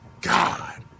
God